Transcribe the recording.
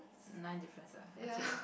nine differences okay